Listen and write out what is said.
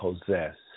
possess